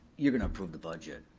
you're gonna approve the budget.